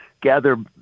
gather